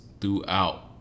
throughout